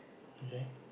okay